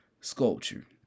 sculpture